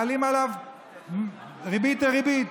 מעלים לו בריבית דריבית,